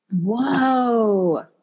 Whoa